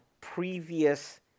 previous